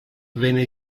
venne